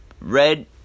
red